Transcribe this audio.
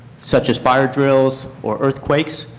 such as fire drills or earthquakes.